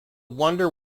wonder